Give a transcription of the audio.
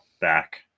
back